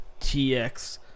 TX